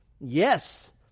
Yes